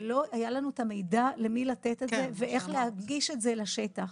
אבל לא היה לנו מידע למי לתת את זה ואיך להגיש את זה לשטח.